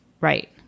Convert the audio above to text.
right